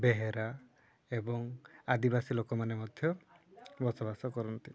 ବେହେରା ଏବଂ ଆଦିବାସୀ ଲୋକମାନେ ମଧ୍ୟ ବସବାସ କରନ୍ତି